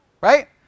right